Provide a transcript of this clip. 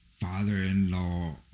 father-in-law